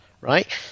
right